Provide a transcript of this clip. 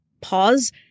pause